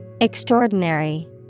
Extraordinary